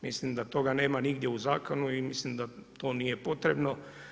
Mislim da toga nema nigdje u zakonu i mislim da to nije potrebno.